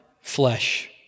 flesh